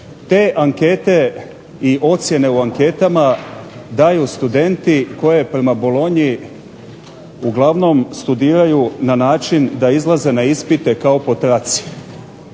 Te ankete i ocjene u anketama daju studenti koji prema bolonji uglavnom studiraju na način da izlaze na ispite kao po traci,